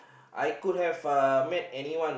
I could have uh met anyone